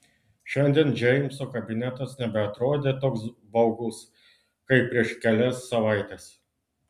šiandien džeimso kabinetas nebeatrodė toks baugus kaip prieš kelias savaites